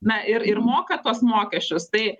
na ir ir moka tuos mokesčius tai